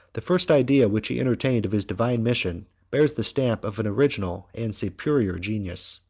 the first idea which he entertained of his divine mission bears the stamp of an original and superior genius.